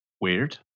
weird